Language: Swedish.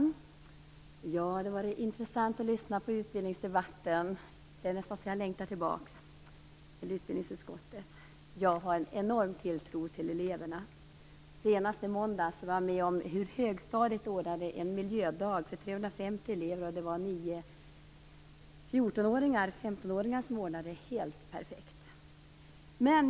Herr talman! Det var intressant att lyssna på utbildningsdebatten. Det är nästan så att jag längtar tillbaka till utbildningsutskottet. Jag har en enorm tilltro till eleverna. Så sent som i måndags var jag t.ex. med om en miljödag som högstadieelever anordnade för 350 elever. Det var nio fjorton eller femtonåringar som ordnade detta helt perfekt.